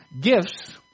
gifts